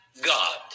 God